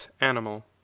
animal